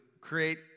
create